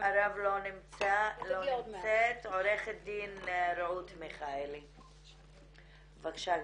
לא נמצאת עו"ד רעות מיכאלי בבקשה.